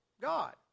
God